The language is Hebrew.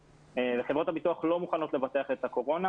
חברות הביטוח לא מוכנות לבטח את הקורונה.